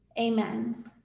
amen